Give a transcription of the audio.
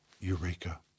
Eureka